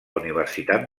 universitat